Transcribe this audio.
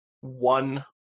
one